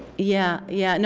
yeah. yeah. no,